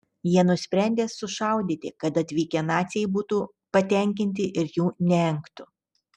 jie nusprendė sušaudyti kad atvykę naciai būtų patenkinti ir jų neengtų